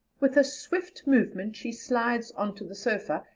with a swift movement she slides on to the sofa,